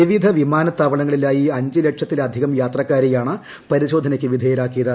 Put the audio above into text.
വിവിധ വിമാനത്താവളങ്ങളിലായി അഞ്ച് ലക്ഷത്തിലധികം യാത്രക്കാരെയാണ് പരിശോധനയ്ക്ക് വിധേയരാക്കിയത്